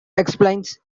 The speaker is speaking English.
explains